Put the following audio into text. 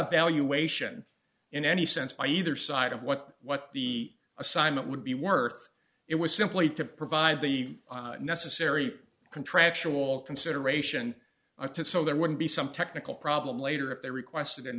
a valuation in any sense by either side of what what the assignment would be worth it was simply to provide the necessary contractual consideration to so there wouldn't be some technical problem later if they requested